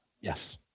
Yes